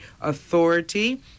authority